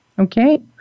Okay